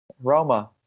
Roma